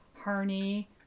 Harney